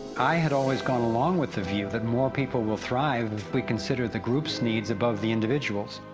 i had always gone along with the view, that more people will thrive, if we consider the group's needs above the individuals,